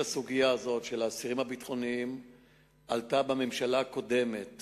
הסוגיה הזאת של האסירים הביטחוניים עלתה בממשלה הקודמת